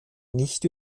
nicht